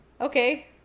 Okay